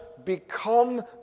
become